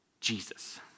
Jesus